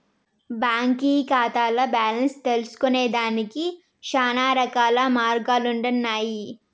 బాంకీ కాతాల్ల బాలెన్స్ తెల్సుకొనేదానికి శానారకాల మార్గాలుండన్నాయి